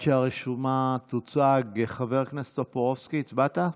עד שהרשימה תוצג, חבר הכנסת טופורובסקי, הצבעת?